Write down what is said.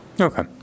Okay